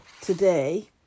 today